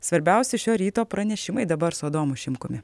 svarbiausi šio ryto pranešimai dabar su adomu šimkumi